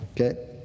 okay